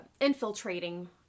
infiltrating